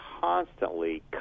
constantly